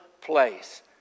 place